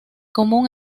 común